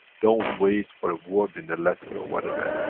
don't wait for a word in a letter, or whatever.